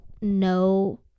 no